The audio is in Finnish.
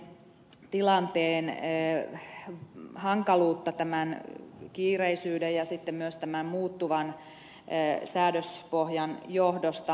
haluan vielä korostaa tätä kuntien tilanteen hankaluutta tämän kiireisyyden ja sitten myös tämän muuttuvan säädöspohjan johdosta